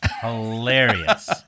hilarious